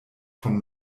von